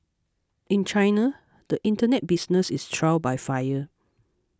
in China the Internet business is trial by fire